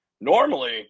Normally